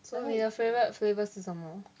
so 你的 favourite flavours 是什么